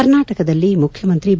ಕರ್ನಾಟಕದಲ್ಲಿ ಮುಖ್ಯಮಂತ್ರಿ ಬಿ